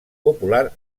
popular